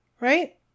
Right